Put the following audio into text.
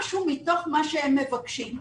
משהו מתוך מה שהם מבקשים.